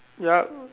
yup